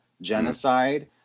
genocide